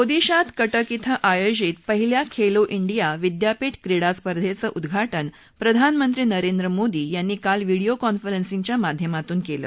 ओदिशात कटक बें आयोजित पहिल्या खेलो डिया विद्यापीठ क्रीडा स्पर्धेचं उद्घाटन प्रधानमंत्री नरेंद्र मोदी यांनी काल व्हिडीओ कॉन्फरन्सिंगच्या माध्यमातून केलं